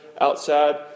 Outside